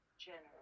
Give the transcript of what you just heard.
general